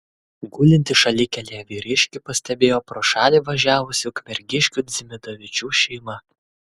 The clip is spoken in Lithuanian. gulintį šalikelėje vyriškį pastebėjo pro šalį važiavusi ukmergiškių dzimidavičių šeima